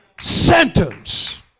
sentence